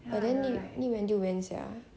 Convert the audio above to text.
but then need need when till when sia